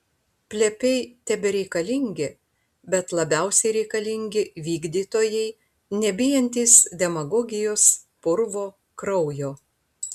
plepiai tebereikalingi bet labiausiai reikalingi vykdytojai nebijantys demagogijos purvo kraujo